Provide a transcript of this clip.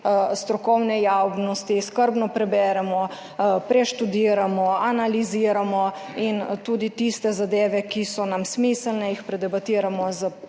strokovne javnosti skrbno preberemo, preštudiramo, analiziramo in tudi tiste zadeve, ki so nam smiselne, predebatiramo s pristojnimi